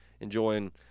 enjoying